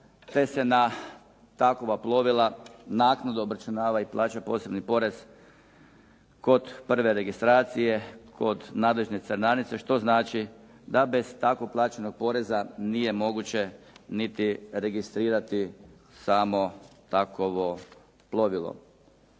te se na takova plovila naknadno obračunava i plaća posebni porez kod prve registracije, kod nadležne carinarnice što znači da bez tako plaćenog poreza nije moguće niti registrirati samo takovo plovilo.